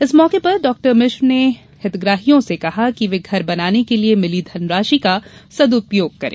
इस मौके पर डाक्टर मिश्र ने हितग्राहियों से कहा कि वे घर बनाने के लिये मिली धनराशि का सदुपयोग करें